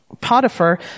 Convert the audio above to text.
Potiphar